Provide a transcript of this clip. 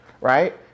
right